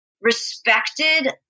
respected